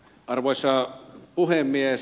arvoisa puhemies